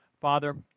Father